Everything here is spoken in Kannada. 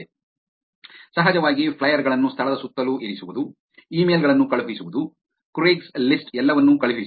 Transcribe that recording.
ಸಮಯವನ್ನು ಉಲ್ಲೇಖಿಸಿ 0952 ಸಹಜವಾಗಿ ಫ್ಲೈಯರ್ ಗಳನ್ನು ಸ್ಥಳದ ಸುತ್ತಲೂ ಇರಿಸುವುದು ಇ ಮೇಲ್ ಗಳನ್ನು ಕಳುಹಿಸುವುದು ಕ್ರೇಗ್ಸ್ಲಿಸ್ಟ್ ಎಲ್ಲವನ್ನೂ ಕಳುಹಿಸುವುದು